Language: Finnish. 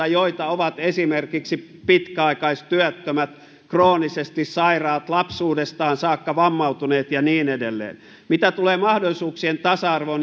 joita ovat esimerkiksi pitkäaikaistyöttömät kroonisesti sairaat lapsuudestaan saakka vammautuneet ja niin edelleen mitä tulee mahdollisuuksien tasa arvoon